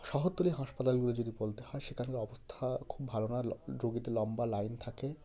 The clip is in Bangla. শহরতলির হাসপাতালগুলি যদি বলতে হয় সেখানকার অবস্থা খুব ভালো নয় লা রুগীতে লম্বা লাইন থাকে